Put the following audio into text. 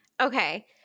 okay